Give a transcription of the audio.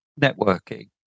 networking